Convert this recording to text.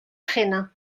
jena